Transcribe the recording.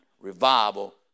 revival